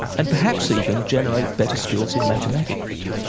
and perhaps even generate better skills in mathematics.